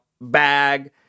bag